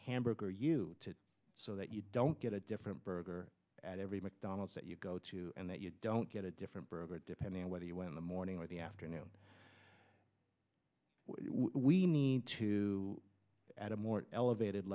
hamburger you so that you don't get a different burger at every mcdonald's that you go to and that you don't get a different burger depending on whether you in the morning or the afternoon we need to add a more elevated